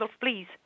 please